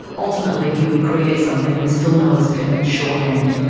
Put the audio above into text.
ultimately, he would create something we still know as pitman shorthand,